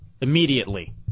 immediately